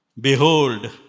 behold